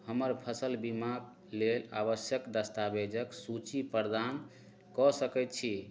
हमर फसल बीमाक लेल आवश्यक दस्तावेजक सूची प्रदान कऽ सकय छी